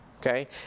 okay